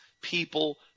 people